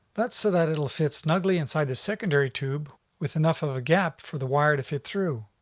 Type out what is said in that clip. that's so that it'll fit snugly inside the secondary tube with enough of a gap for the wire to fit through.